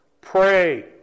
Pray